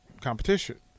competition